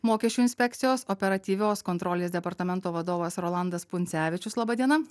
mokesčių inspekcijos operatyvios kontrolės departamento vadovas rolandas puncevičius laba diena